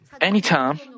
anytime